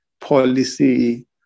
policy